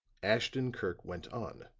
ashton-kirk went on